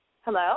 Hello